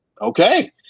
okay